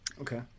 okay